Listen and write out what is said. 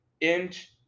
Inch